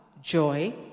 joy